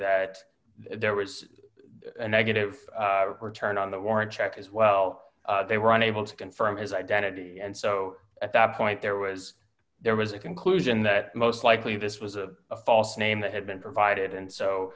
that there was a negative return on that warrant check as well they were unable to confirm his identity and so at that point there was there was a conclusion that most likely this was a false name that had been provided and so